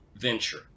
venture